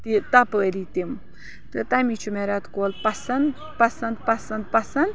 تہِ تَپٲری تِم تہٕ تَمی چھُ مےٚ رٮ۪تہٕ کول پَسَنٛد پَسَنٛد پَسَنٛد پَسَنٛد